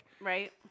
Right